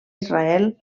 israel